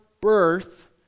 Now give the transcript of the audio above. birth